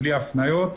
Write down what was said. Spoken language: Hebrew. בלי הפניות.